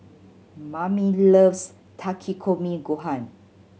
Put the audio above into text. Mamie loves Takikomi Gohan